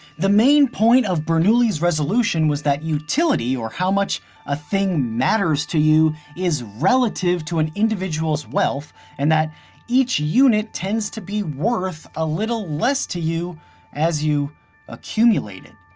the main point of bernoulli's resolution was that utility, or how much a thing matters to you, is relative to an individual's wealth and that each unit tends to be worth a little less to you as you accumulate it.